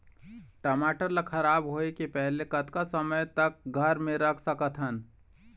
टमाटर ला खराब होय के पहले कतका समय तक घर मे रख सकत हन?